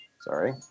Sorry